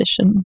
position